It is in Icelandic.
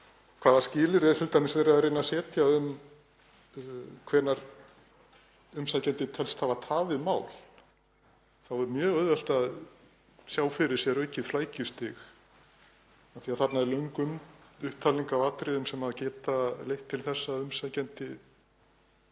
hvaða skilyrði er t.d. verið að reyna að setja um hvenær umsækjandi telst hafa tafið mál, þá er mjög auðvelt að sjá fyrir sér aukið flækjustig. Þarna er löng upptalning á atriðum sem geta leitt til þess að umsækjandi